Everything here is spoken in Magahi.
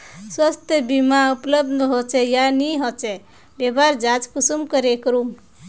स्वास्थ्य बीमा उपलब्ध होचे या नी होचे वहार जाँच कुंसम करे करूम?